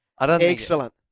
Excellent